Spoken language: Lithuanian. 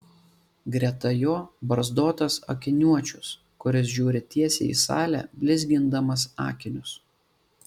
greta jo barzdotas akiniuočius kuris žiūri tiesiai į salę blizgindamas akinius